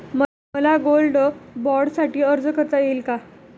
मला गोल्ड बाँडसाठी अर्ज करता येईल का?